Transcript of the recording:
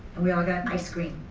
we all got ice cream.